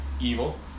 evil